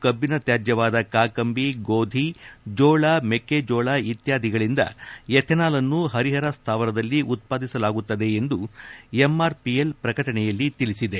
ಕಬ್ಬಿನ ತ್ಯಾದ್ಯವಾದ ಕಾಕಂಬಿ ಗೋಧಿ ಜೋಳ ಮೆಕ್ಕೆಜೋಳ ಇತ್ಯಾದಿಗಳಿಂದ ಎಥೆನಾಲ್ನ್ನು ಹರಿಹರ ಸ್ಥಾವರದಲ್ಲಿ ಉತ್ಪಾದಿಸಲಾಗುತ್ತದೆ ಎಂದು ಎಂಆರ್ಪಿಎಲ್ ಪ್ರಕಟಣೆಯಲ್ಲಿ ತಿಳಿಸಿದೆ